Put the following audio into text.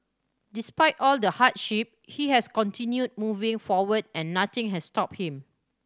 despite all the hardship he has continued moving forward and nothing has stopped him